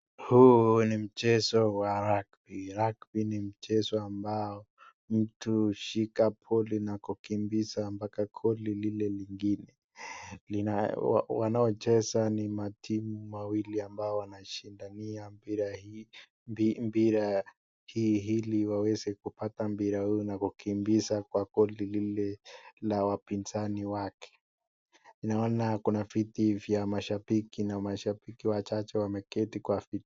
Huu ni mchezo wa rugby. Rugby ni mchezo ambao mtu hushika boli na kukimbiza mpaka gori lile lingine. Wanaocheza ni matimu wawili ambao wanashindani mpira hii ili waweze kupata mpira na kukimbiza mpira kwa gori lile lingine la wapinzani wake. Naona kuna viti vya mashabiki na mashabiki wachache wameketi.